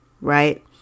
Right